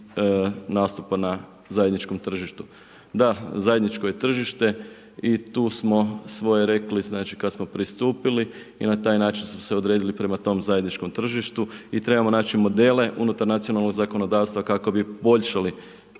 i nastupa na zajedničkom tržištu. Da, zajedničko je tržište i tu smo svoje rekli, kada smo pristupili i na taj način smo se odredili prema tome zajedničkom tržištu i trebamo naći modele unutar zakonodavnog zakonodavstva, kako bi poboljšali